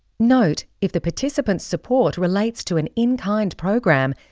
note if the participant's support relates to an in-kind program,